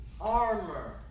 armor